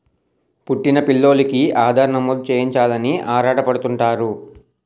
పుట్టిన పిల్లోలికి ఆధార్ నమోదు చేయించాలని ఆరాటపడుతుంటారు